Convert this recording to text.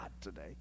today